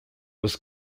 was